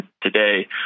today